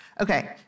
Okay